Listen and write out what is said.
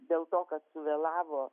dėl to kad suvėlavo